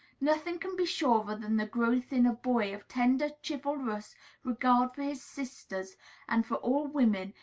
nothing can be surer than the growth in a boy of tender, chivalrous regard for his sisters and for all women,